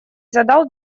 задал